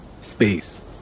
space